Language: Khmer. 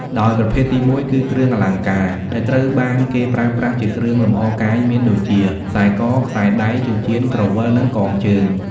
ដោយប្រភេទទីមួយគឺ គ្រឿងអលង្ការ ដែលត្រូវបានគេប្រើប្រាស់ជាគ្រឿងលម្អកាយមានដូចជា ខ្សែក ខ្សែដៃ ចិញ្ចៀន ក្រវិល និងកងជើង។